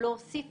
הנושא